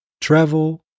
travel